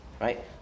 right